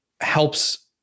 helps